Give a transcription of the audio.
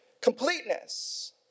completeness